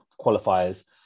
qualifiers